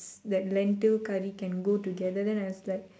that lentil curry can go together then I was like